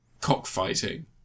cockfighting